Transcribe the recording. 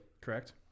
Correct